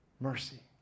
mercy